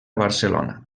barcelona